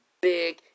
big